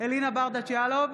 אלינה ברדץ' יאלוב,